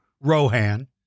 Rohan